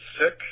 sick